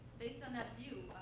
based on that view,